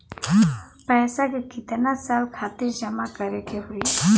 पैसा के कितना साल खातिर जमा करे के होइ?